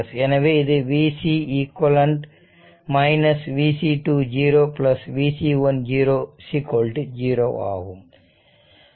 எனவே இது v cq v C2 0 v C1 0 0 ஆகும்